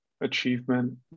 achievement